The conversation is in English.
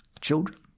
children